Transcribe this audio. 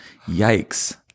Yikes